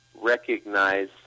recognize